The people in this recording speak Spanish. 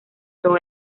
todo